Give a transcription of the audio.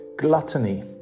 Gluttony